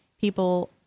people